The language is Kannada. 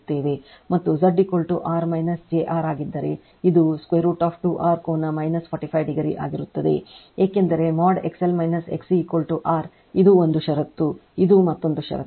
ಮತ್ತು Z R jR ಆಗಿದ್ದರೆ ಇದು √ 2R ಕೋನ 45 ಡಿಗ್ರಿ ಆಗಿರುತ್ತದೆ ಏಕೆಂದರೆ ಮಾಡ್XL XC r ಇದು ಒಂದು ಷರತ್ತು ಇದು ಮತ್ತೊಂದು ಷರತ್ತು